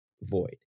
void